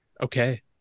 Okay